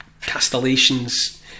castellations